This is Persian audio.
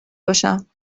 باشم